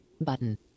Button